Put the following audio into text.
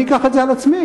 אני אקח את זה על עצמי,